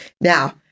Now